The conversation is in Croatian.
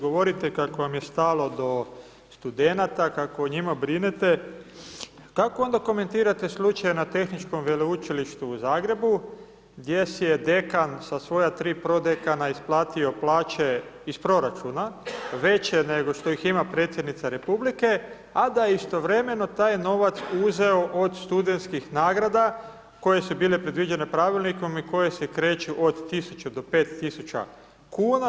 Govorite kako vam je stalo do studenata kako o njima brinete, kako onda komentirate slučaj na Tehničkom veleučilištu u Zagrebu, gdje si je dekan, sa svoja tri prodekana isplatio plaće iz proračuna, veće nego što ih ima predsjednica Republike, a da istovremeno taj novac uzeo od studentskih nagrada, koje su bile predviđene pravilnikom, i koje se kreću od 1000-5000 kn.